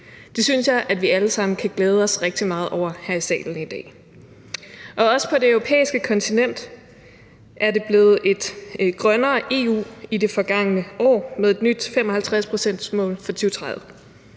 Det synes jeg at vi alle sammen kan glæde os rigtig meget over her i salen i dag. Også på det europæiske kontinent er det blevet et grønnere EU i det forgangne år med et nyt 55-procentsmål for 2030.